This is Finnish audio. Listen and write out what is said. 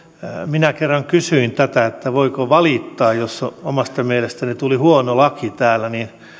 minä kerran kysyin tätä voiko valittaa jos omasta mielestä tuli huono laki täällä